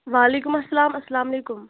وعلیکُم اَسَلام اَسلام علیکُم